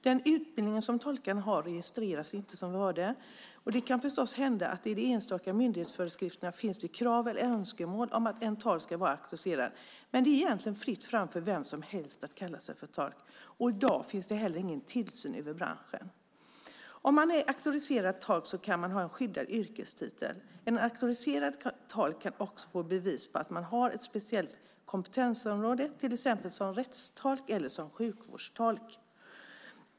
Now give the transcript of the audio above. Den utbildning som tolkarna har registreras inte, som vi hörde. Det kan förstås hända att det i de enskilda myndigheternas föreskrifter finns krav eller önskemål om att en tolk ska vara auktoriserad, men det är egentligen fritt fram för vem som helst att kalla sig tolk, och i dag finns det inte heller någon tillsyn över branschen. Om man i dag är auktoriserad tolk kan man ha en skyddad yrkestitel. En auktoriserad tolk kan också få bevis för att man har ett speciellt kompetensområde, till exempel som rättstolk eller som sjukvårdstolk.